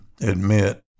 admit